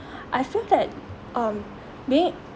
I think that um being